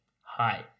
Hi